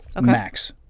max